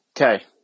okay